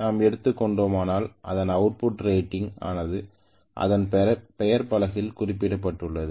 நாம் எடுத்துக் கொண்டோமானால் அதனின் அவுட்புட் ரேட்டிங் ஆனது அதன் பெயர் பலகையில் குறிப்பிடப்பட்டுள்ளது